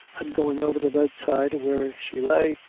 and going over to the bedside where she lay,